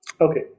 Okay